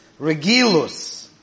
Regilus